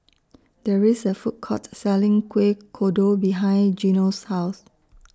There IS A Food Court Selling Kueh Kodok behind Gino's House